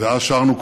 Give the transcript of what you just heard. ואז שרנו כולנו,